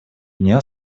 дня